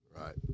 right